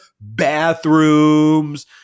bathrooms